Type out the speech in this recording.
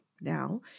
now